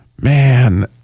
man